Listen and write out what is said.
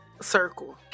Circle